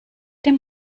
dem